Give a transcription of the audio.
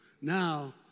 Now